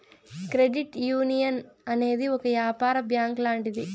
credit union అనేది ఒక యాపార బ్యాంక్ లాంటిది